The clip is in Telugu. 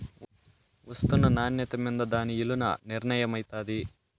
ఒస్తున్న నాన్యత మింద దాని ఇలున నిర్మయమైతాది